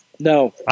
No